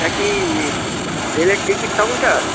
এটা কি রেলের টিকিট কাউন্টার